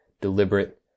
deliberate